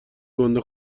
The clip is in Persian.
گنده